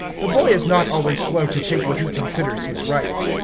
the boy is not always slow to take what he considers his rights.